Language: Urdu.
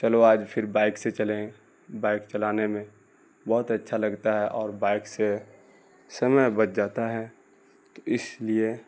چلو آج پھر بائک سے چلیں بائک چلانے میں بہت اچھا لگتا ہے اور بائک سے سمے بچ جاتا ہے تو اس لیے